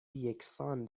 یکسان